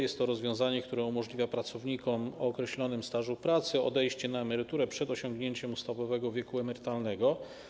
Jest to rozwiązanie, które umożliwia pracownikom posiadającym określony staż pracy odejście na emeryturę przed osiągnięciem ustawowego wieku emerytalnego.